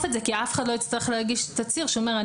את זה כי אף אחד לא יצטרך להגיש תצהיר שאומר,